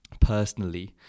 personally